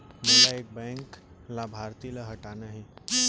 मोला एक बैंक लाभार्थी ल हटाना हे?